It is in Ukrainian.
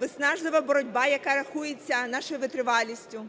виснажлива боротьба, яка рахується нашою витривалістю,